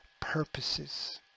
purposes